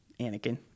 Anakin